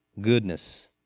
goodness